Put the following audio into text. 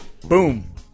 Boom